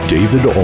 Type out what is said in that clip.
David